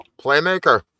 Playmaker